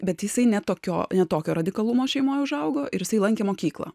bet jisai ne tokio ne tokio radikalumo šeimoj užaugo ir jisai lankė mokyklą